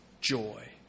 joy